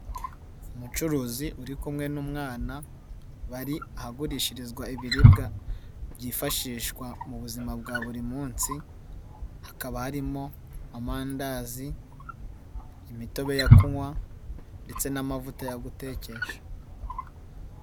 Umucuruzi uri kumwe n'umwana bari ahagurishirizwa ibiribwa byifashishwa mu buzima bwa buri munsi, hakaba harimo amandazi, imitobe yo kunywa, ndetse n'amavuta yo gu gutekesha.